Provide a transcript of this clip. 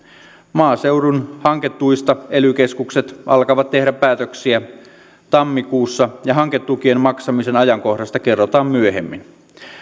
maaseudun hanketuista ely keskukset alkavat tehdä päätöksiä tammikuussa ja hanketukien maksamisen ajankohdasta kerrotaan myöhemmin